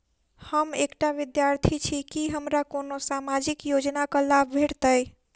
हम एकटा विद्यार्थी छी, की हमरा कोनो सामाजिक योजनाक लाभ भेटतय?